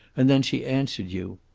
and then she answered you,